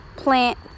plant